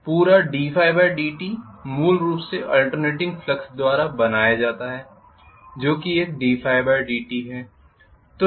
पूरा d∅dt मूल रूप से आल्टर्नेटिंग फ्लक्स द्वारा बनाया जाता है जो कि एक d∅dt है